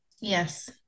Yes